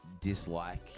dislike